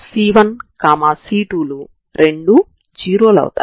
ఇది వాస్తవానికి ξ లైన్